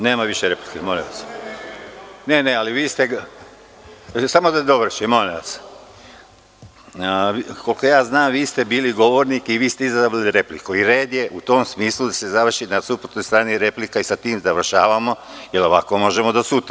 Nema više replike, molim vas. (Borislav Stefanović, sa mesta: Što?) Koliko znam, vi ste bili govornik i vi ste izabrali repliku i red je u tom smislu da se završi na suprotnoj strani replika i sa tim završavamo, jer ovako možemo do sutra.